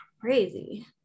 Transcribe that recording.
Crazy